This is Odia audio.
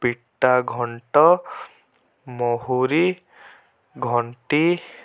ପିଟା ଘଣ୍ଟ ମହୁରୀ ଘଣ୍ଟି